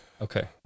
Okay